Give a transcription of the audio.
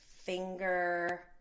Finger